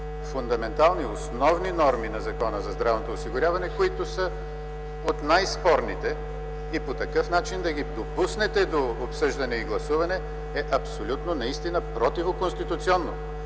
фундаментални, основни норми на Закона за здравното осигуряване, които са от най-спорните. И то такъв начин да ги допуснете за обсъждане и гласуване е абсолютно, наистина противоконституционно.